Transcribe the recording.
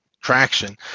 traction